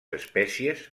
espècies